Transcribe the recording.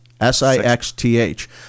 s-i-x-t-h